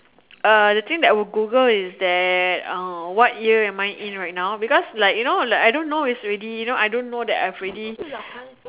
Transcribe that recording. uh the thing that I would Google is that uh what year am I in right now because like you know like I don't know is already you know I don't know if I've already